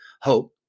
Hope